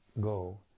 go